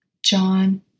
John